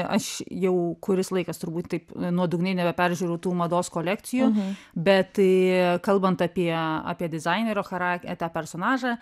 aš jau kuris laikas turbūt taip nuodugniai nebeperžiūriu tų mados kolekcijų bet tai kalbant apie apie dizainerio chara tą personažą